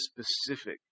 specific